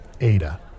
Ada